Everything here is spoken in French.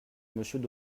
monsieur